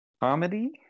comedy